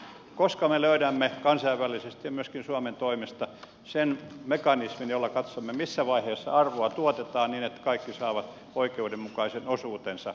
koska me löydämme kansainvälisesti ja myöskin suomen toimesta sen mekanismin jolla katsomme missä vaiheessa arvoa tuotetaan niin että kaikki saavat oikeudenmukaisen osuutensa